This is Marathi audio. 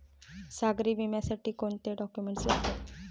सागरी विम्यासाठी कोणते डॉक्युमेंट्स लागतात?